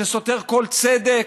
שסותר כל צדק?